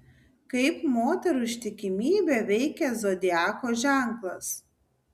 kaip moterų ištikimybę veikia zodiako ženklas